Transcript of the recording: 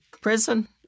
prison